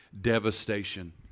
devastation